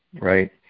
right